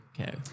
okay